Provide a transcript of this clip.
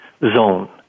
zone